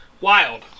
Wild